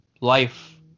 life